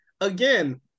again